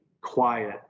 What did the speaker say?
quiet